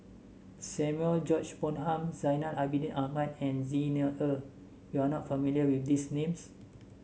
Samuel George Bonham Zainal Abidin Ahmad and Xi Ni Er you are not familiar with these names